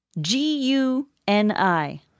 G-U-N-I